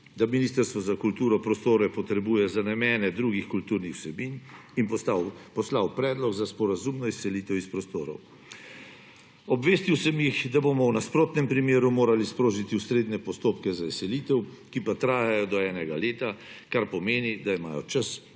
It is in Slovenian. da Ministrstvo za kulturo prostore potrebuje za namene drugih kulturnih vsebin in poslal predlog za sporazumno izselitev iz prostorov. Obvestil sem jih, da bomo v nasprotnem primeru morali sprožiti ustrezne postopke za izselitev, ki pa trajajo do enega leta, kar pomeni, da imajo čas,